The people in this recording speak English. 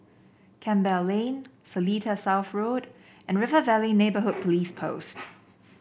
Campbell Lane Seletar South Road and River Valley Neighbourhood Police Post